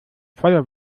voller